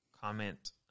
comment